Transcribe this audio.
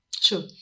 Sure